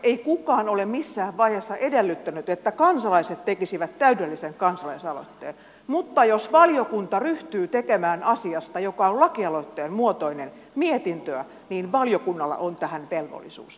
ei kukaan ole missään vaiheessa edellyttänyt että kansalaiset tekisivät täydellisen kansalaisaloitteen mutta jos valiokunta ryhtyy tekemään mietintöä asiasta joka on laki aloitteen muotoinen valiokunnalla on tähän velvollisuus